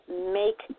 make